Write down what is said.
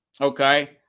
Okay